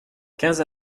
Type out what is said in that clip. quinze